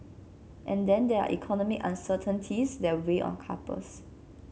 and then there are economic uncertainties that weigh on couples